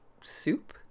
soup